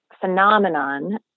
phenomenon